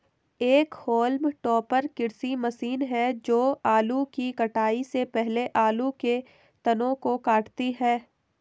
एक haulm topper कृषि machine है जो आलू की कटाई से पहले आलू के तनों को काटती है